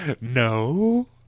No